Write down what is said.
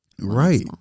Right